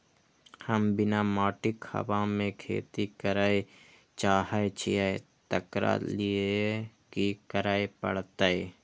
हम बिना माटिक हवा मे खेती करय चाहै छियै, तकरा लए की करय पड़तै?